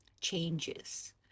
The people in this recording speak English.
changes